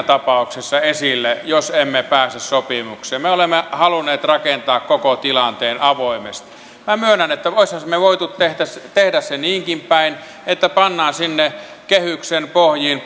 tapauksessa esille jos emme pääse sopimukseen me olemme halunneet rakentaa koko tilanteen avoimesti minä myönnän että olisimmehan me voineet tehdä sen niinkin päin että pannaan sinne kehyksen pohjiin